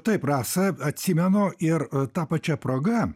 taip rasa atsimenu ir ta pačia proga